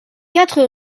quatre